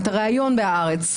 את הריאיון ב"הארץ",